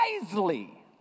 wisely